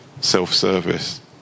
Self-service